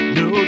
no